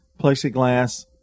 plexiglass